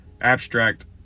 abstract